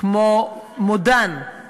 כמו "מודן";